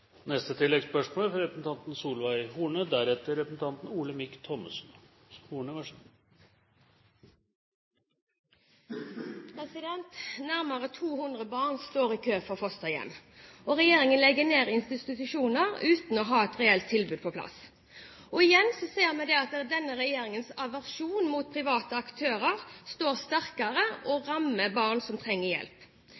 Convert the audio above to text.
Solveig Horne – til oppfølgingsspørsmål. Nærmere 200 barn står i kø for fosterhjem. Regjeringen legger ned institusjoner uten å ha et reelt tilbud på plass. Igjen ser vi at denne regjeringens aversjon mot private aktører står sterkere og